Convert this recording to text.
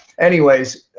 anyways,